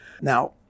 Now